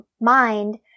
mind